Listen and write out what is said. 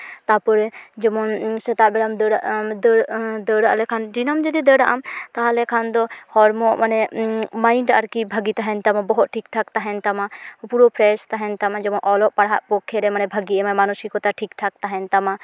ᱛᱟᱯᱚᱨᱮ ᱡᱮᱢᱚᱱ ᱥᱮᱛᱟᱜ ᱵᱮᱲᱟᱢ ᱫᱟᱹᱲᱟᱜᱼᱟ ᱫᱟᱹᱲᱟᱜ ᱞᱮᱠᱷᱟᱱ ᱫᱤᱱᱟᱹᱢ ᱡᱩᱫᱤ ᱫᱟᱹᱲᱟᱜᱼᱟᱢ ᱛᱟᱦᱞᱮ ᱠᱷᱟᱱ ᱫᱚ ᱦᱚᱲᱢᱚ ᱢᱟᱱᱮ ᱢᱟᱭᱤᱱᱰ ᱟᱨᱠᱤ ᱵᱷᱟᱹᱜᱤ ᱛᱟᱦᱮᱱ ᱛᱟᱵᱚᱱᱟ ᱵᱚᱦᱚᱜ ᱴᱷᱤᱠᱼᱴᱷᱟᱠ ᱛᱟᱦᱮᱱ ᱛᱟᱢᱟ ᱯᱩᱨᱟᱹ ᱯᱷᱨᱮᱥ ᱛᱟᱦᱮᱱ ᱛᱟᱢᱟ ᱡᱮᱢᱚᱱ ᱚᱞᱚᱜ ᱯᱟᱲᱦᱟᱜ ᱯᱚᱠᱠᱷᱮ ᱨᱮ ᱢᱟᱱᱮ ᱵᱷᱟᱹᱜᱤ ᱮᱢᱟᱭ ᱢᱟᱱᱚᱥᱤᱠᱚᱛᱟ ᱴᱷᱤᱠᱼᱴᱷᱟᱠ ᱛᱟᱦᱮᱱ ᱛᱟᱢᱟ